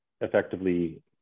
effectively